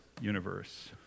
universe